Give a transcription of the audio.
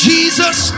Jesus